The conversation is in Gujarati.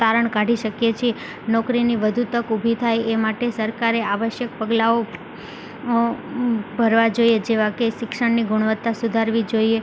તારણ કાઢી શકીએ છીએ નોકરીની વધુ તક ઉભી થાય એ માટે સરકારે આવશ્યક પગલાંઓ ભરવા જોઈએ જેવાં કે શિક્ષણની ગુણવત્તા સુધારવી જોઈએ